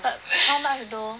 but not nice though